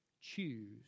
Choose